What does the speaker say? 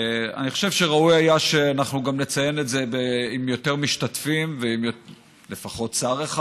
אני חושב שראוי היה שנציין את זה עם יותר משתתפים ולפחות שר אחד.